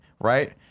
right